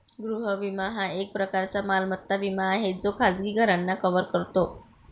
गृह विमा हा एक प्रकारचा मालमत्ता विमा आहे जो खाजगी घरांना कव्हर करतो